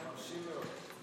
מרשים מאוד.